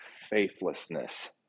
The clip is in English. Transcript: faithlessness